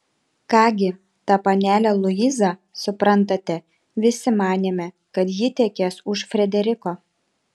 ką gi ta panelė luiza suprantate visi manėme kad ji tekės už frederiko